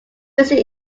basic